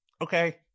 okay